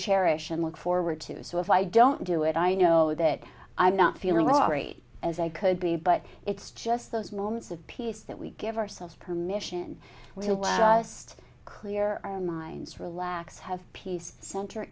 cherish and look forward to so if i don't do it i know that i'm not feeling well operate as i could be but it's just those moments of peace that we give ourselves permission we'll just clear our minds relax have peace center